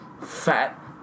Fat